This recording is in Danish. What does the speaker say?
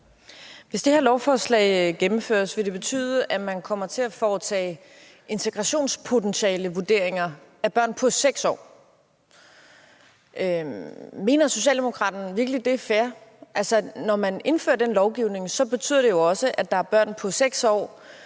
Hvis det her lovforslag gennemføres, vil det betyde, at man kommer til at foretage integrationspotentialevurderinger af børn på 6 år. Mener Socialdemokraterne virkelig, det er fair? Når man indfører den lovgivning, betyder det jo også, at der er børn på 6 år,